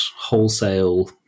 wholesale